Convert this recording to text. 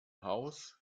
haus